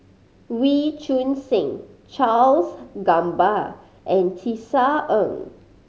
Wee Choon Seng Charles Gamba and Tisa Ng